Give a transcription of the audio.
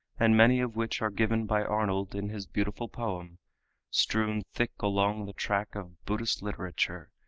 and many of which are given by arnold in his beautiful poem strewn thick along the track of buddhist literature,